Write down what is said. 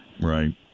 Right